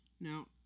Now